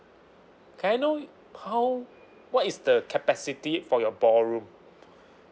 can I know how what is the capacity for your ballroom